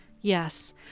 Yes